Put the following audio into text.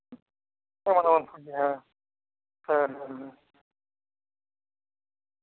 ᱠᱚᱨᱟᱣ ᱜᱮ ᱦᱮᱸ ᱦᱮᱸ ᱦᱮᱸ ᱦᱮᱸ